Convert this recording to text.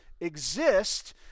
exist